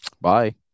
Bye